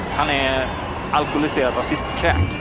an alcoholic racist